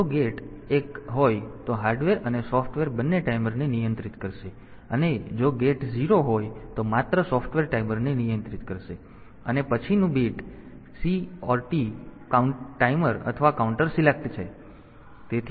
તેથી જો ગેટ એક હોય તો હાર્ડવેર અને સોફ્ટવેર બંને ટાઈમરને નિયંત્રિત કરશે અને જો ગેટ 0 હોય તો માત્ર સોફ્ટવેર ટાઈમરને નિયંત્રિત કરશે અને પછીનું બીટ CT ટાઈમર અથવા કાઉન્ટર સિલેક્ટ છે